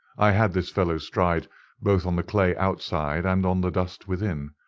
i had this fellow's stride both on the clay outside and on the dust within.